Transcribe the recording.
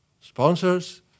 sponsors